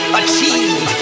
achieve